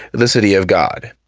the city of god.